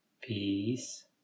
peace